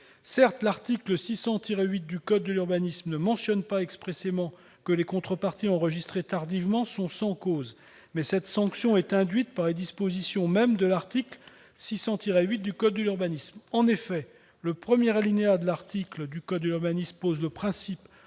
Certes, l'article L. 600-8 du code de l'urbanisme ne mentionne pas expressément que les contreparties enregistrées tardivement sont sans cause, mais cette sanction est induite par les dispositions mêmes de cet article. En effet, le premier alinéa de l'article L. 600-8 du code de l'urbanisme pose le principe